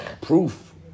proof